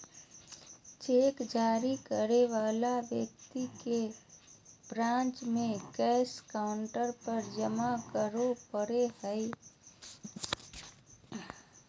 cheque जारी करे वाला व्यक्ति के ब्रांच में कैश काउंटर पर जमा करे पड़ो हइ